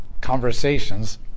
conversations